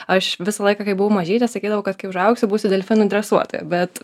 aš visą laiką kai buvau mažytė sakydavau kad kai užaugsiu būsiu delfinų dresuotoja bet